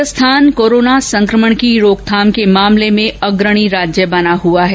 Rajasthan corona संक्रमण की रोकथाम के मामले में अग्रणी राज्य बना हुआ है